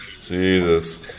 Jesus